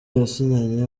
yasinyanye